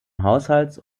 haushalts